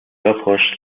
ojos